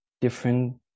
different